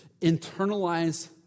internalize